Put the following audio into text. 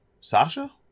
Sasha